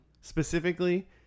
specifically